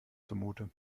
zumute